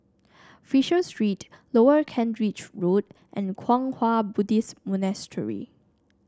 Fisher Street Lower Kent Ridge Road and Kwang Hua Buddhist Monastery